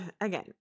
Again